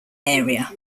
area